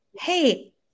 hey